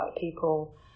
people